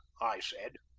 i said.